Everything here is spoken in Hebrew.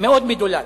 מאוד מדולל.